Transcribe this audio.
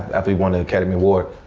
after we won the academy award,